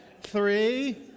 three